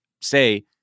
say